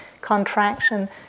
contraction